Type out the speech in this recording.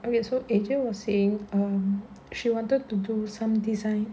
oh wait so ajay was saying um she wanted to do some design